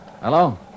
Hello